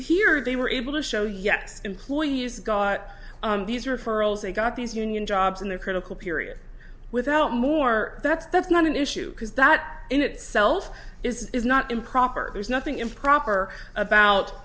here they were able to show yet employees got these referrals they got these union jobs in the critical period without more that's that's not an issue because that in itself is not improper there's nothing improper about